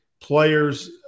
players